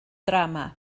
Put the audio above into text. drama